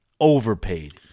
overpaid